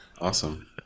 Awesome